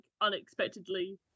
unexpectedly